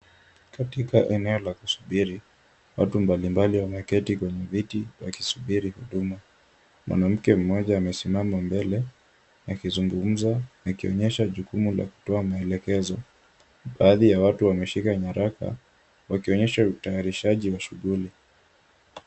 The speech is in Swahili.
Katika eneo la kusubiri. Watu mbalimbali wameketi kwenye viti wakisubiri huduma. Mwanamke mmoja amesimama mbele akizungumza akionyesha jukumu la kutoa maelekezo. Baadhi ya watu wameshika nyaraka wakionyesha utayarishaji wa shughuli.